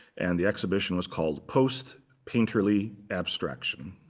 and the exhibition was called post painterly abstraction.